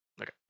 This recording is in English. Okay